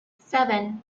seven